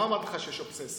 למה אמרתי לך שיש אובססיה?